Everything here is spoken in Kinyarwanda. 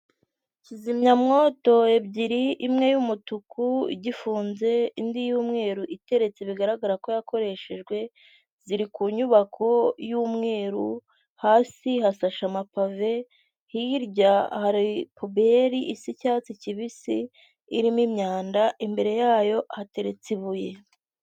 Aha ni mu ikaragiro ry'amata aho hagaragaramo imashini zagenewe gutunganya amata, hakagaragaramo ameza, harimo indobo, harimo amakaro. Iyo urebye ku nkuta hariho irange ry'ubururu, urukuta rwiza cyane rusa n'ubururu ndetse aha hantu ni heza pe.